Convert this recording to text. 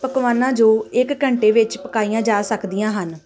ਪਕਵਾਨਾਂ ਜੋ ਇੱਕ ਘੰਟੇ ਵਿੱਚ ਪਕਾਈਆਂ ਜਾ ਸਕਦੀਆਂ ਹਨ